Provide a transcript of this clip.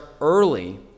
early